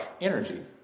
energy